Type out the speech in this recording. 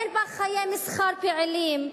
אין בה חיי מסחר פעילים,